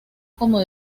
como